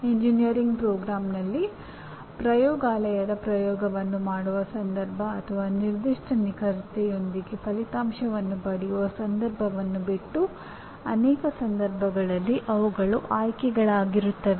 engineering ಕಾರ್ಯಕ್ರಮದಲ್ಲಿ ಪ್ರಯೋಗಾಲಯದ ಪ್ರಯೋಗವನ್ನು ಮಾಡುವ ಸಂದರ್ಭ ಅಥವಾ ನಿರ್ದಿಷ್ಟ ನಿಖರತೆಯೊಂದಿಗೆ ಫಲಿತಾಂಶವನ್ನು ಪಡೆಯುವ ಸಂದರ್ಭವನ್ನು ಬಿಟ್ಟು ಅನೇಕ ಸಂದರ್ಭಗಳಲ್ಲಿ ಅವುಗಳು ಆಯ್ಕೆಗಳಾಗಿರುತ್ತವೆ